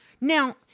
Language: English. Now